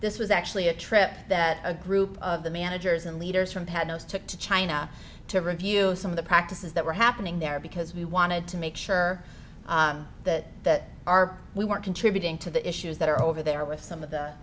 this was actually a trip that a group of the managers and leaders from had those took to china to review some of the practices that were happening there because we wanted to make sure that our we were contributing to the issues that are over there with some of the